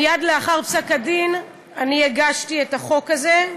מייד לאחר פסק-הדין הגשתי את הצעת החוק הזאת,